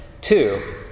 Two